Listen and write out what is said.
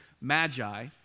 magi